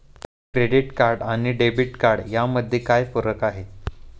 Credit card आणि debit card यामध्ये काय फरक आहे?